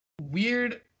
weird